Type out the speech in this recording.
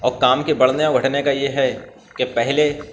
اور کام کے بڑھنے اور گھٹنے کا یہ ہے کہ پہلے